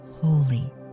holy